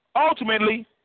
ultimately